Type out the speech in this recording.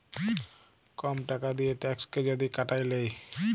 কম টাকা দিঁয়ে ট্যাক্সকে যদি কাটায় লেই